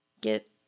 get